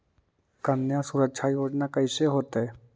कन्या सुरक्षा योजना कैसे होतै?